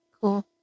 Cool